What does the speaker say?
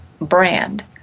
brand